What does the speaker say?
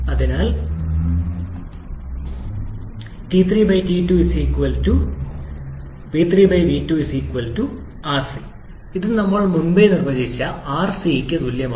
അതിനാൽ 𝑇3𝑇2 𝑣3𝑣2 𝑟𝑐 അത് ഞങ്ങൾ ഇപ്പോൾ നിർവചിച്ച rc ന് തുല്യമാണ്